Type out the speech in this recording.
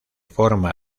forma